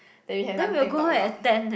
that we have something to talk about